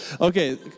Okay